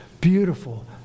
beautiful